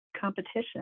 competition